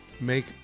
make